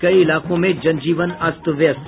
कई इलाकों में जनजीवन अस्त व्यस्त